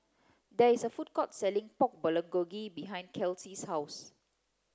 there is a food court selling Pork Bulgogi behind Kelsea's house